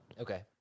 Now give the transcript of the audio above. Okay